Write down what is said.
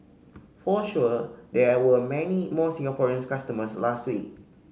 for sure there were many more Singaporeans customers last week